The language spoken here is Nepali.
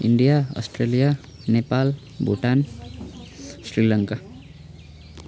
India Australia Nepal Bhutan Sri Lanka